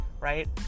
right